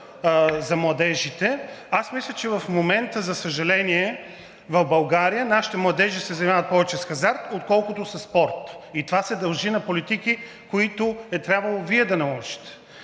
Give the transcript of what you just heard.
за младежите. Аз мисля, че в момента, за съжаление, в България нашите младежи се занимават повече с хазарт, отколкото със спорт и това се дължи на политики, които е трябвало Вие да наложите.